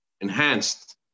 enhanced